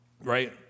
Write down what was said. right